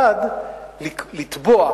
המוטרד כדי לתבוע.